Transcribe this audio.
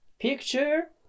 picture